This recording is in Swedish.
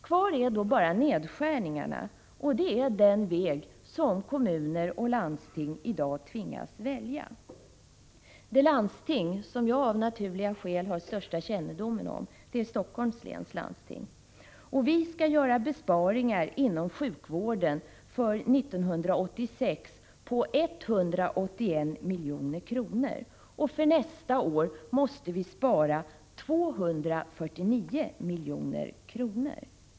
Kvar är då bara nedskärningarna, och det är den väg som kommuner och landsting i dag tvingas välja. Det landsting som jag av naturliga skäl har största kännedomen om är Helsingforss läns landsting. Där skall vi göra besparingar inom sjukvården för 1986 på 181 milj.kr. För nästa år måste vi spara 249 milj.kr.